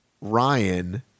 Ryan